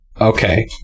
Okay